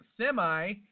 semi